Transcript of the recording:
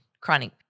chronic